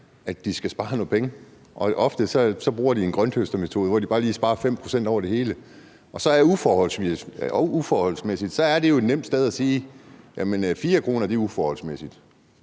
at de skal spare nogle penge, og ofte bruger de en grønthøstermetode, hvor de bare lige sparer 5 pct. over det hele. Og så er det med det uforholdsmæssige